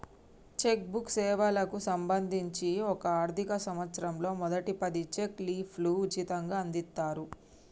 check book సేవలకు సంబంధించి ఒక ఆర్థిక సంవత్సరంలో మొదటి పది చెక్ లీఫ్లు ఉచితంగ అందిత్తరు